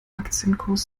aktienkurs